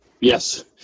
Yes